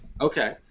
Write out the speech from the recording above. Okay